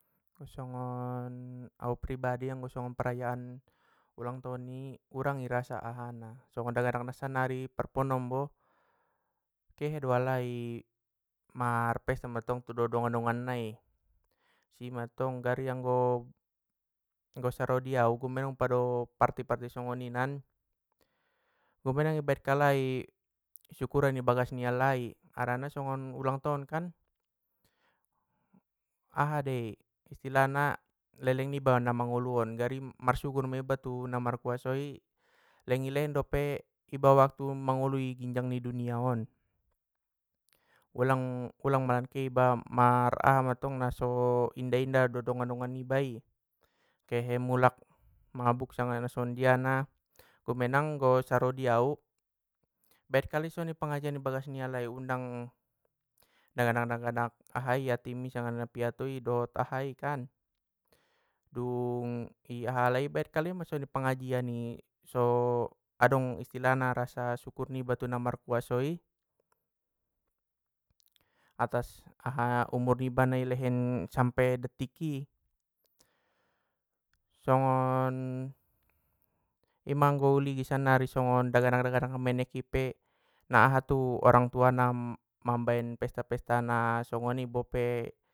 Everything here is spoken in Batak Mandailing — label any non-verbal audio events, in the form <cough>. Songon au pribadi anggo songon perayaan ulang tahun i urang rasa aha na, songon dak danak sannari parponombo, kehe do alai marpesta mantong dot dongan dongan nai i si mantong gari, anggo saro di au <unintelligible> parti parti songoninan, bope memang i baen kalai syukuran i bagas ni alai, harana songgon ulang tahun kan!, aha dei istilah na leleng niba na mangolu on gari marsyukuur ma iba tu na markuaso i leng i len dope iba waktu mangolu i ginjang dunia on. Ulang- ulang manat ke iba mar aha mantong na so inda inda dot dongan niba i, kehemulak mabuk dohot na songonjia na, kemenang pala saro di au baen kalai songoni pengajian i bagas na lai i undang, daganak daganak aha i yatim piatu i dohon aha kan!, dung i aha alai kan ibaen kalai ma songoni pengajian i so adong istilahna rasa syukur niba tu na markuasoi atas aha umur niba na i lehen sampai detik i, songon i ma angkon u lingin sannari danak danak na menek i pe, na aha tu orang tua na mambaen pesta pesta na songoni bope.